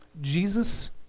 Jesus